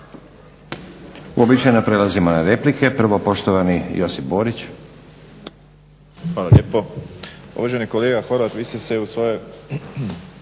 Uobičajeno prelazimo na replike. Prvo poštovani Josip Borić. **Borić, Josip (HDZ)** Hvala lijepo. Uvaženi kolega Horvat vi ste se u svojoj